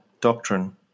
doctrine